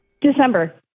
December